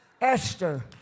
Esther